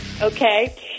Okay